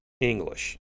English